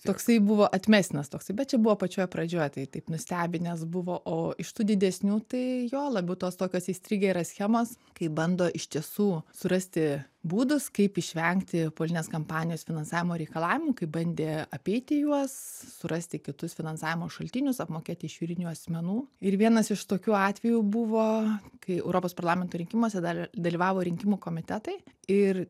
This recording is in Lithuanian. toksai buvo atmestinas toksai bet čia buvo pačioj pradžioj tai taip nustebinęs buvo o iš tų didesnių tai jo labiau tos tokios įstrigę yra schemos kai bando iš tiesų surasti būdus kaip išvengti politinės kampanijos finansavimo reikalavimų kai bandė apeiti juos surasti kitus finansavimo šaltinius apmokėti iš juridinių asmenų ir vienas iš tokių atvejų buvo kai europos parlamento rinkimuose dar dalyvavo rinkimų komitetai ir